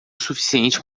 suficiente